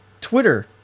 Twitter